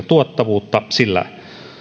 tuottavuutta sillä